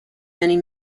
many